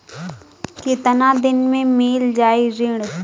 कितना दिन में मील जाई ऋण?